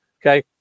Okay